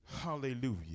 Hallelujah